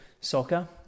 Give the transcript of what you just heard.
soccer